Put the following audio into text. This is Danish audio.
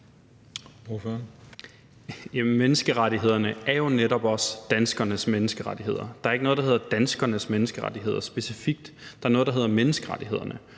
menneskerettighederne er jo netop også danskernes menneskerettigheder. Der er ikke noget, der specifikt hedder danskernes menneskerettigheder. Der er noget, der hedder menneskerettighederne,